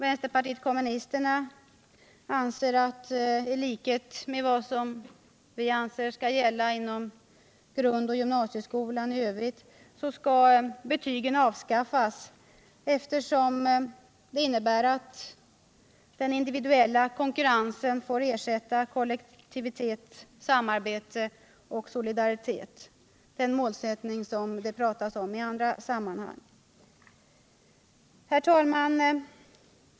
Vpk anser, i likhet med vad som bör gälla inom grundoch gymnasieskolan i övrigt, att betygen skall avskaffas eftersom de innebär att den individuella konkurrensen får ersätta kollektivitet, samarbete och solidaritet, den målsättning som det talas om i andra sammanhang. Herr talman!